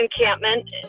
encampment